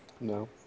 No